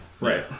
Right